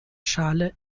schale